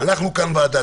אנחנו כאן ועדה,